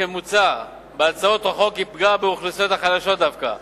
כמוצע בהצעות החוק, יפגע באוכלוסיות החלשות דווקא.